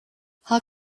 how